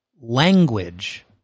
language